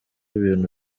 ibintu